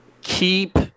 keep